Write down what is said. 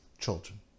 children